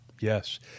Yes